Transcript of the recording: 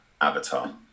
avatar